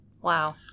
Wow